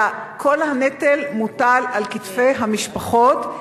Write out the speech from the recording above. אלא כל הנטל מוטל על כתפי המשפחות.